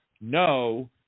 no